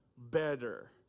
better